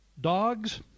dogs